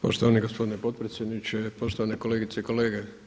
Poštovani gospodine potpredsjedniče, poštovane kolegice i kolege.